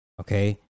okay